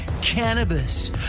cannabis